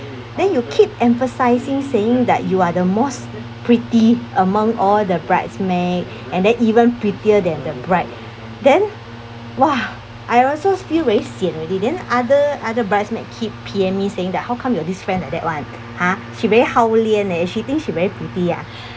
then you keep emphasizing saying that you are the most pretty among all the bridesmaid and then even prettier than the bride then !wah! I also feel very sian already then other other bridesmaid keep P_M me saying that how come your this friend like that [one] !huh! she very hao lian eh she think she very pretty ah